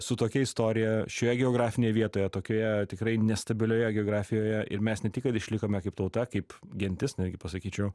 su tokia istorija šioje geografinėj vietoje tokioje tikrai nestabilioje geografijoje ir mes ne tik kad išlikome kaip tauta kaip gentis netgi pasakyčiau